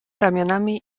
ramionami